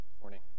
Morning